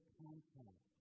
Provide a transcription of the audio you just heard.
contact